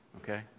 Okay